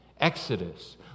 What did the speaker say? Exodus